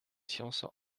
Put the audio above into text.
sciences